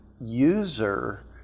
user